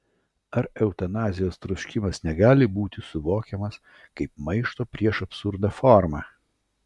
ar eutanazijos troškimas negali būti suvokiamas kaip maišto prieš absurdą forma